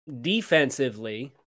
Defensively